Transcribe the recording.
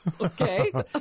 Okay